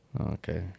Okay